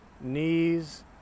knees